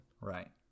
right